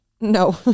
No